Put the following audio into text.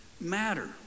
matter